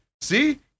See